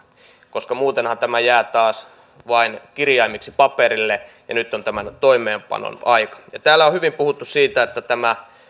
koska muutenhan tämä jää taas vain kirjaimiksi paperille ja nyt on tämän toimeenpanon aika ja täällä on hyvin puhuttu siitä että tämä